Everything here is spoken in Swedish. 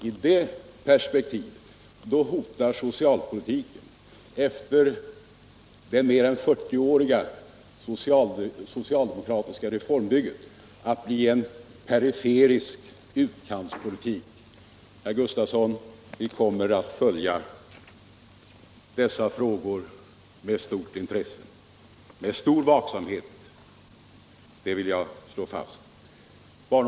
I det perspektivet hotar socialpolitiken efter det mer än 40-åriga socialdemokratiska reformbyggandet att bli en periferisk utkantspolitik. Vi kommer, herr Gustavsson, att följa dessa frågor med stort intresse och stor vaksamhet. Det vill jag slå fast.